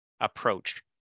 approach